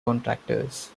contractors